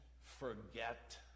forget